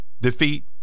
defeat